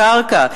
הקרקע,